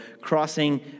crossing